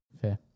Fair